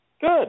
Good